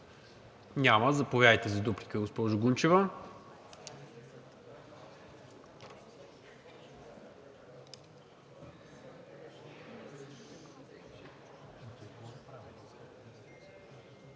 Няма. Заповядайте за дуплика, госпожо Гунчева.